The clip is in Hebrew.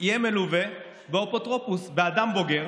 יהיה מלווה באפוטרופוס, באדם בוגר